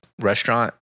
restaurant